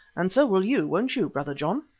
and so will you, won't you, brother john?